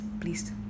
please